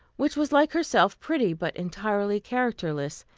which was like herself, pretty, but entirely characterless.